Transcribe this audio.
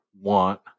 want